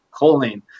choline